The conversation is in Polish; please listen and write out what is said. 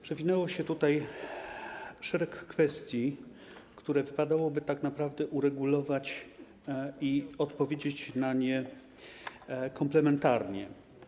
Przewinęło się tutaj szereg kwestii, które wypadałoby tak naprawdę uregulować i odpowiedzieć na nie komplementarnie.